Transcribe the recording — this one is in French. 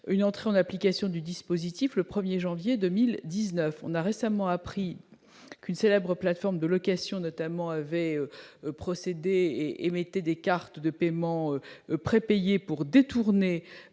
l'entrée en application du dispositif au 1 janvier 2019. On a récemment appris qu'une célèbre plateforme de location émettait des cartes de paiement prépayées pour détourner